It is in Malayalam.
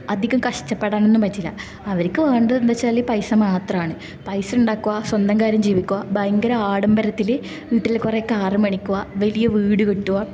അധികം കഷ്ടപ്പെടാനൊന്നും പറ്റില്ല അവരിക്ക് വേണ്ടത് എന്താച്ചാൽ പൈസ മാത്രമാണ് പൈസ ഉണ്ടാക്കുക സ്വന്തം കാര്യം ജീവിക്കുക ഭയങ്കര ആഡംബരത്തിൽ വീട്ടിൽ കുറെ കാറ് മേടിക്കുക വലിയ വീട് കെട്ടുക